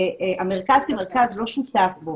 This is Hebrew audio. המרכז כמרכז לא שותף בו,